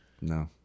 No